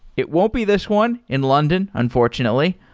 it won't be this one in london unfortunately.